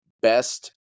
best